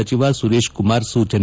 ಸಚಿವ ಸುರೇಶ್ಕುಮಾರ್ ಸೂಚನೆ